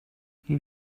you